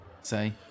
say